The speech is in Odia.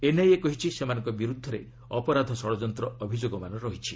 ଏନ୍ଆଇଏ କହିଛି ସେମାନଙ୍କ ବିରୁଦ୍ଧରେ ଅପରାଧ ଷଡ଼ଯନ୍ତ ଅଭିଯୋଗ ରହିଛି